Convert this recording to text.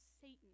Satan